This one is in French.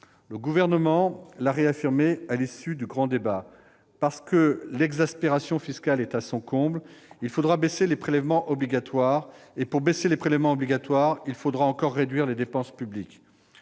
Le Gouvernement l'a réaffirmé à l'issue du grand débat : parce que l'exaspération fiscale est à son comble, il faudra baisser les prélèvements obligatoires et, pour baisser les prélèvements obligatoires, il faudra encore réduire les dépenses publiques.